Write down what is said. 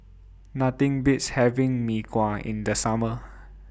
Nothing Beats having Mee Kuah in The Summer